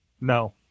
No